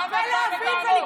למה את באה בטענות.